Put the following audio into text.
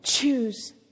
Choose